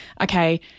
okay